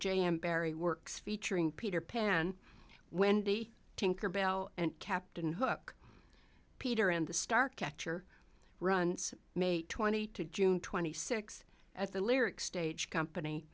j m barrie works featuring peter pan wendy tinkerbell and captain hook peter and the star catcher runs may twenty two june twenty sixth at the lyric stage company